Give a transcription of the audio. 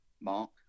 Mark